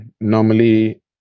normally